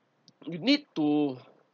you need to